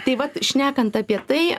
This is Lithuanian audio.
taip vat šnekant apie tai